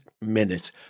minute